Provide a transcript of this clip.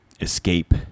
escape